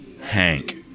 Hank